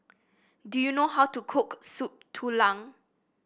do you know how to cook Soup Tulang